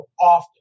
often